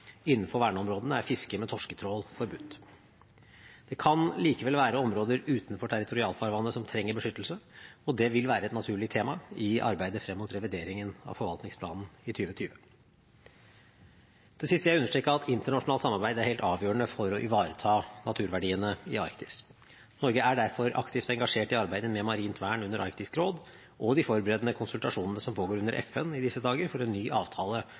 Innenfor verneområdene er fiske med torsketrål forbudt. Det kan likevel være områder utenfor territorialfarvannet som trenger beskyttelse, og det vil være et naturlig tema i arbeidet frem mot revideringen av forvaltningsplanen i 2020. Til sist vil jeg understreke at internasjonalt samarbeid er helt avgjørende for å ivareta naturverdiene i Arktis. Norge er derfor aktivt engasjert i arbeidet med marint vern under Arktisk råd og de forberedende konsultasjonene som pågår under FN i disse dager for en ny avtale